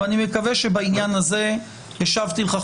אני מקווה שבעניין הזה השבתי לך,